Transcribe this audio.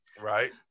Right